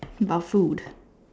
but food